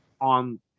on –